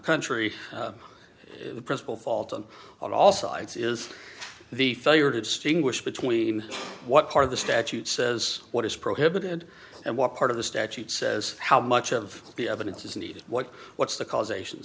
country the principle fault them on all sides is the failure to distinguish between what part of the statute says what is prohibited and what part of the statute says how much of the evidence is needed what what's the causation